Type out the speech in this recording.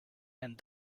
and